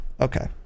okay